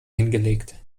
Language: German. hingelegt